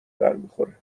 برمیخوره